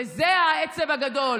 וזה העצב הגדול,